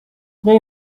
they